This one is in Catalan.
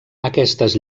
aquestes